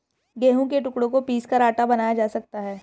गेहूं के टुकड़ों को पीसकर आटा बनाया जा सकता है